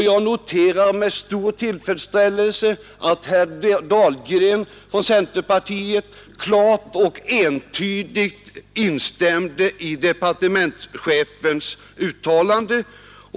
Jag noterar med stor tillfredsställelse att herr Dahlgren från centerpartiet klart och entydigt instämde i departementschefens uttalande.